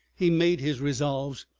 he made his resolves.